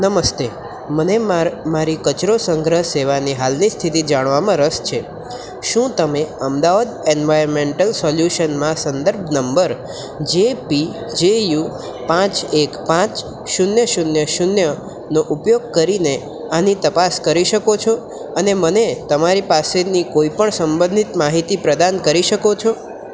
નમસ્તે મને મારી મારી કચરો સંગ્રહ સેવાની હાલની સ્થિતિ જાણવામાં રસ છે શું તમે અમદાવાદ એન્વાયરમેન્ટલ સોલ્યુશનમાં સંદર્ભ નંબર જેપી જે યુ પાંચ એક પાંચ શૂન્ય શૂન્ય શૂન્ય નો ઉપયોગ કરીને આની તપાસ કરી શકો છો અને મને તમારી પાસેથી કોઈપણ સંબંધિત માહિતી પ્રદાન કરી શકો છો